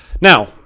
Now